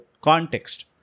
context